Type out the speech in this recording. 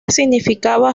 significaba